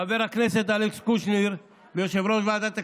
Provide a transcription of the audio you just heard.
חבר הכנסת אלכס קושניר ויושב-ראש ועדת הכספים,